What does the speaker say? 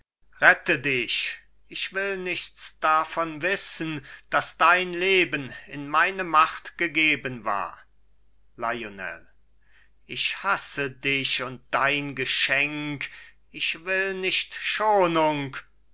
rette dich ich will nichts davon wissen daß dein leben in meine macht gegeben war lionel ich hasse dich und dein geschenk ich will nicht schonung